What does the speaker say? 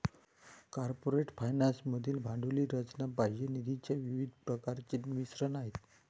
corporate finance मधील भांडवली रचना बाह्य निधीच्या विविध प्रकारांचे मिश्रण आहे